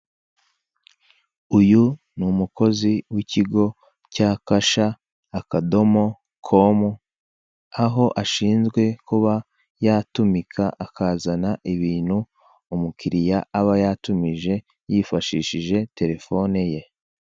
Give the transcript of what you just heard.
Uyu ni umukozi w'ikigo cya kasha, akadomo, komu, aho ashinzwe kuba yatumika akazana ibintu umukiriya aba yatumije yifashishije telefone ye.